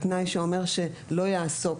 שאומר: "לא יעסוק".